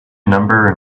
number